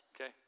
Okay